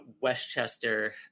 Westchester